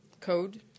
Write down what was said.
code